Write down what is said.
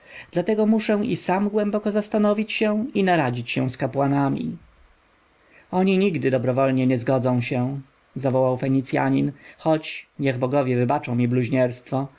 dlatego muszę i sam głęboko zastanowić się i naradzić z kapłanami oni nigdy dobrowolnie nie zgodzą się zawołał fenicjanin choć niech bogowie wybaczą mi bluźnierstwo